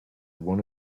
one